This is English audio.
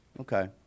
Okay